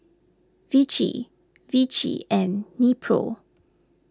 Vichy Vichy and Nepro